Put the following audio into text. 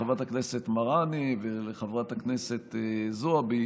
חברת הכנסת מראענה וחברת הכנסת זועבי,